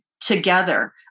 together